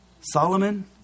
Solomon